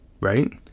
right